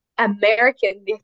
American